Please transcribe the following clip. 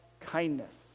kindness